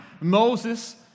Moses